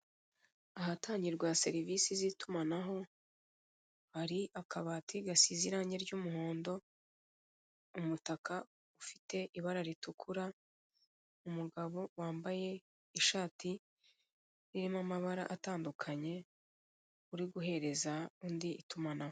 Ahatangirwa serivisi z'itumanaho hari akabati gasize irange ry'umuhondo, umutaka ufite ibara ritukura, umugabo wambaye ishati irimo amabara atandukanye uri guhereza undi itumanaho.